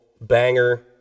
banger